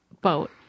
boat